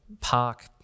park